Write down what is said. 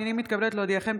אני מתכבדת להודיעכם,